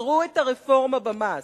עצרו את הרפורמה במס.